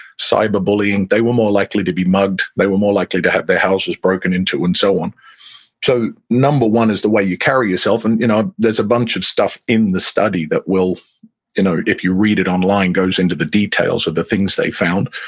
cyberbullying, they were more likely to be mugged, they were more likely to have their houses broken into, and so on so number one is the way you carry yourself. and you know there's a bunch of stuff in the study that, ah if you read it online, goes into the details of the things they found.